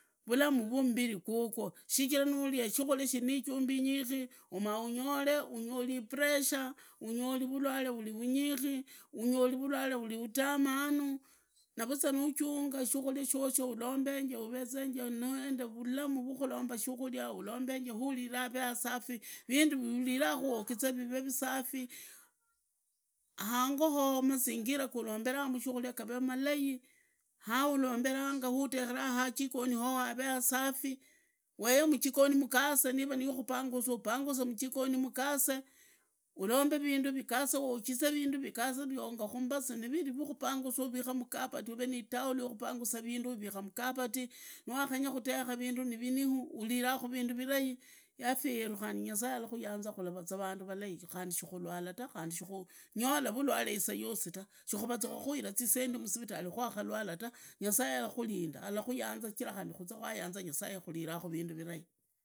Vulamu vwa mbiri gwogwo, shichira naria shiwuria. shirinijumbi inyishi umaunyore ungori ipuresha. unyoli vulwale vuli vunyishi. unyoli vulwale vuli vutamanu naruzwa nuchanga shukuria shosho ulombenge. uvezenge nuvulamu rwa khulomba shukuria. uu uriraa avee asafi. rindu viuriraa vivee safi uogizee, hango hoho mazingira ga urombenamu shukuria gavee malai hauromberanga, haudehora havee asafi, mwehe mujikoni mugase, nivanikupangusa ubanguse mujikoni mugase urombe vindu vigase, uogize vindu vigase, vionga kumbasu. nivanivindu vyakubangusa urike mukarari uvee ne vindu vya kubangusa uvee no haulo ya kubangusira navika mukavati nwariaenya kudewa vindu niviniu. vindu nivijai yawuirawanya nyasaye khularaza randu ralai khundi shikulwala ta. khandi shukwanyola vulwale sayosi ta. shikwakahira zisendi musirirari kwakalwala tu, nyasaye arakurinda, arakuyanza. sichira khunyi khandi kwayanza nyasaye kuriraa kavindu virai.